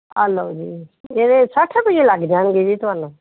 ਆ ਲਓ ਜੀ ਇਹਦੇ ਸੱਠ ਰੁਪਈਏ ਲੱਗ ਜਾਣਗੇ ਜੀ ਤੁਹਾਨੂੰ